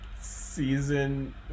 season